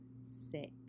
sick